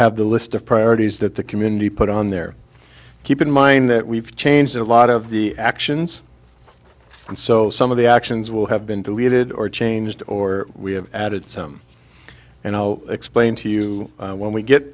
have the list of priorities that the community put on there keep in mind that we've changed a lot of the actions and so some of the actions will have been deleted or changed or we have added some and i'll explain to you when we get